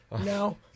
No